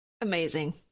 Amazing